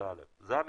זה דבר ראשון.